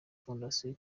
foundation